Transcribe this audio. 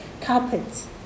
carpets